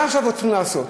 מה עכשיו צריכים לעשות?